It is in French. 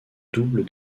double